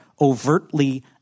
overtly